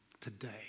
today